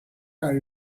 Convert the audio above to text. are